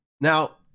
Now